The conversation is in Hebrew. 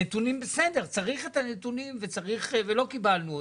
הנתונים, בסדר, צריך את הנתונים ולא קיבלנו אותם,